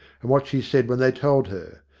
and what she said when they told her.